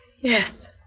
Yes